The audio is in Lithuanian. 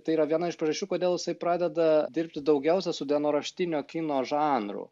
tai yra viena iš priežasčių kodėl jisai pradeda dirbti daugiausia su dienoraštinio kino žanru